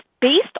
based